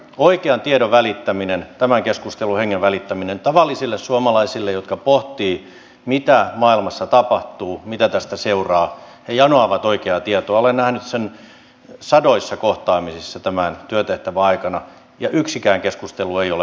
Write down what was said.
oikean tiedon välittäminen tämän keskustelun hengen välittäminen tavallisille suomalaisille jotka pohtivat mitä maailmassa tapahtuu mitä tästä seuraa he janoavat oikeaa tietoa olen nähnyt sen sadoissa kohtaamisissa tämän työtehtävän aikana ja yksikään keskustelu ei ole mennyt hukkaan